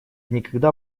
никогда